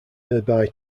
nearby